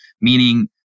meaning